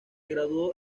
graduó